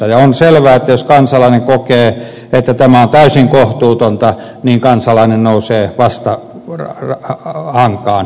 on selvää että jos kansalainen kokee että tämä on täysin kohtuutonta niin kansalainen nousee vastahankaan